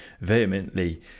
vehemently